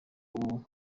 ubu